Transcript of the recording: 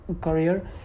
career